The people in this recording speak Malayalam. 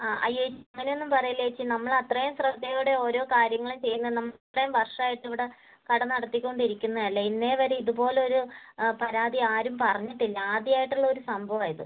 ആ അയ്യേ അങ്ങനെ ഒന്നും പറയല്ല ചേച്ചി നമ്മൾ അത്രയും ശ്രദ്ധയോടെ ഓരോ കാര്യങ്ങളും ചെയ്യുന്ന നമ്മൾ ഇത്രയും വർഷമായിട്ട് ഇവിടെ കട നടത്തിക്കൊണ്ട് ഇരിക്കുന്നതല്ലേ ഇന്നേ വരെ ഇത് പോലൊരു പരാതി ആരും പറഞ്ഞിട്ടില്ല ആദ്യമായിട്ടുള്ള ഒരു സംഭവമാണ് ഇത്